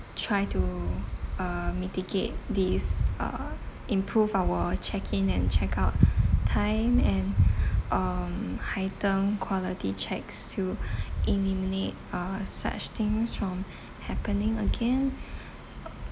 try to uh mitigate these uh improve our check in and check out time and um heighten quality checks to eliminate uh such things from happening again